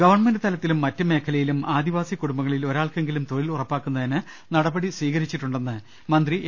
government തലത്തിലും മറ്റ് മേഖലയിലും ആദിവാസി കുടുംബങ്ങളിൽ ഒരാൾക്കെങ്കിലും തൊഴിൽ ഉറപ്പാക്കുന്നതിന് നടപടികൾ സ്വീകരിച്ചിട്ടുണ്ടെന്ന് മന്ത്രി എ